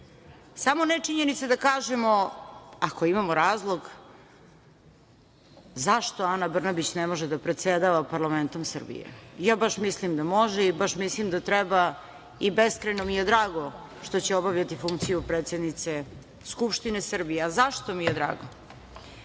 samo ne činjenice da kažemo, ako imamo razlog, zašto Ana Brnabić ne može da predsedava parlamentom Srbije. Ja baš mislim da može i baš mislim da treba i beskrajno mi je drago što će obavljati funkciju predsednice Skupštine Srbije.A zašto mi je drago?